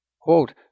Quote